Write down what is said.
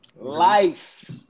Life